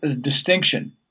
distinction